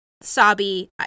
Sabi